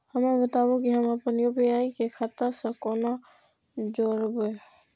हमरा बताबु की हम आपन यू.पी.आई के खाता से कोना जोरबै?